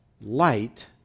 light